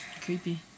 Creepy